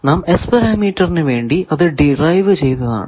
നാം S പരാമീറ്ററിനു വേണ്ടി അത് ഡിറൈവ് ചെയ്തതാണ്